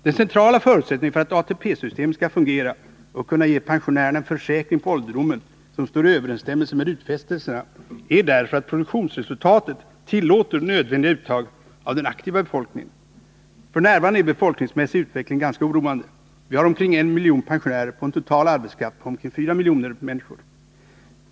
Den centrala förutsättningen för att ATP-systemet skall fungera och kunna ge pensionärerna en försäkring på ålderdomen, som står i överens stämmelse med utfästelserna, är därför att produktionsresultatet tillåter . nödvändiga uttag av den aktiva befolkningen. F. n. är vår befolkningsmässiga utveckling ganska oroande. Vi har omkring 1 miljon pensionärer på en total arbetskraft av omkring 4 miljoner människor.